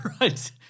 Right